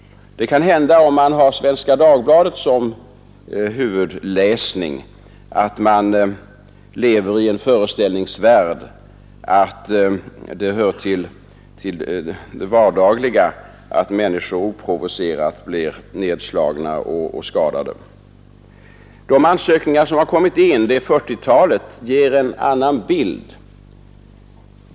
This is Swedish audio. Om man har Svenska Dagbladet som huvudläsning kanske man lever i den föreställningsvärlden att det hör till det vardagliga att människor oprovocerade blir nedslagna och skadade. Det 40-tal ansökningar som kommit in ger en annan bild.